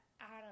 Adam